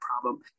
problem